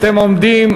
אתם עומדים,